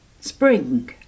Spring